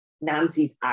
Nancy's